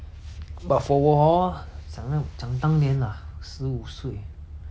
十五岁我在做什么 oh I think